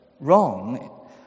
wrong